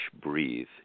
breathe